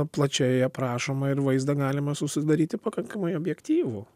plačiai aprašoma ir vaizdą galima susidaryti pakankamai objektyvų